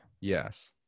Yes